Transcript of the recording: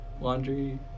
Laundry